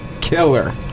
killer